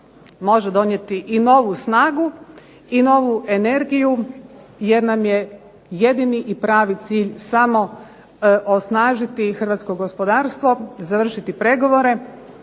može donijeti i novu snagu i novu energiju jer nam je jedini i pravi cilj samo osnažiti hrvatsko gospodarstvo, završiti pregovore,